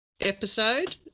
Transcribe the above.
episode